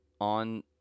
on